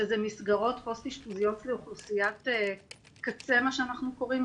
שזה מסגרות פוסט אשפוזיות לאוכלוסיית קצה מה שאנחנו קוראים,